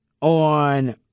on